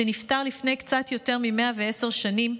שנפטר לפני קצת יותר מ-110 שנים,